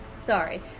sorry